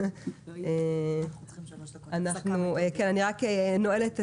מי נמנע?